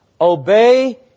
Obey